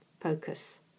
focus